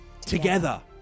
together